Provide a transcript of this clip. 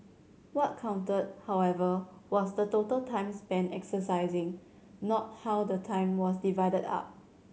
what counted however was the total time spent exercising not how the time was divided up